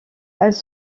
elles